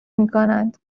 میکنند